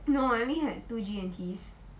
no I only had two G_N_Ts